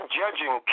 judging